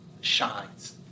shines